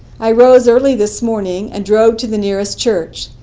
i rose early this morning and drove to the nearest church,